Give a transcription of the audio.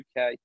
UK